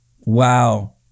Wow